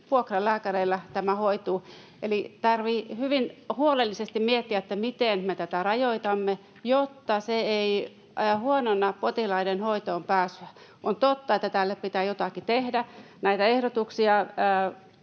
vuokralääkäreillä tämä hoituu. Eli tarvitsee hyvin huolellisesti miettiä, miten me tätä rajoitamme, jotta se ei huononna potilaiden hoitoonpääsyä. On totta, että tälle pitää jotakin tehdä. Näitä ehdotuksia